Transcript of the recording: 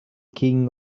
king